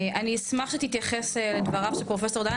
אני אשמח שתתייחס לדבריו של פרופסור דהן,